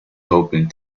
hoping